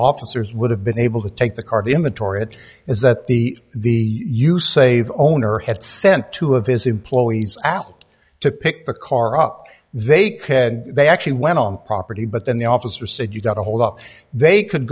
officers would have been able to take the card image or it is that the the you save owner had sent two of his employees out to pick the car up they had they actually went on property but then the officer said you gotta hold up they could